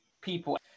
people